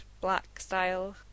Black-style